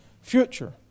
future